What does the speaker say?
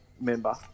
member